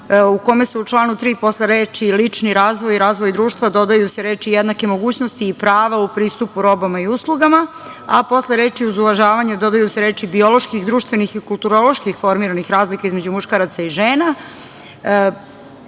u kome se u članu 3. posle reči - lični razvoj i razvoj društva, dodaju se reči - jednake mogućnosti, i prava u pristupu robama i uslugama, a posle reči - uz uvažavanja, dodaju se reči - bioloških, društvenih i kulturoloških formiranih razlika između muškaraca i žena,